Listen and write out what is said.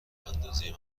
اندازه